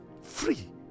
free